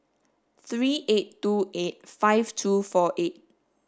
three eight two eight five two four eight